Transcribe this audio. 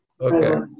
Okay